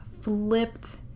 flipped